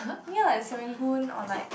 ya at Serangoon or like